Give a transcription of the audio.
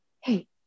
Hey